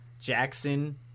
Jackson